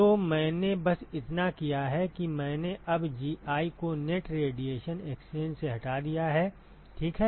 तो मैंने बस इतना किया है कि मैंने अब Gi को नेट रेडिएशन एक्सचेंज से हटा दिया है ठीक है